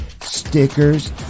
stickers